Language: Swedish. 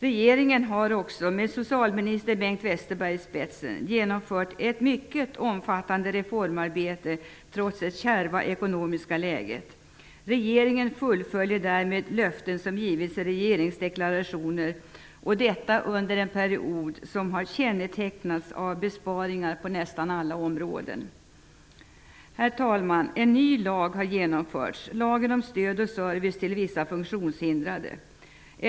Regeringen har också, med socialminister Bengt Westerberg i spetsen, genomfört ett mycket omfattande reformarbete trots det kärva ekonomiska läget. Regeringen fullföljer därmed löften som givits i regeringsdeklarationer, detta under en period som kännetecknats av besparingar på nästan alla områden. Herr talman! En ny lag har genomförts, nämligen Lagen om stöd och service till vissa funktionshindrade.